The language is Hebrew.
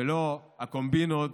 ולא הקומבינות